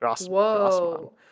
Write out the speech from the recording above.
Whoa